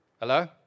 Hello